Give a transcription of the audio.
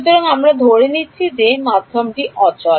সুতরাং আমরা ধরে নিচ্ছি যে মাধ্যমটি অচল